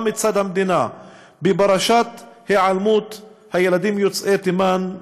מצד המדינה בפרשת היעלמות הילדים יוצאי תימן,